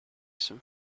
some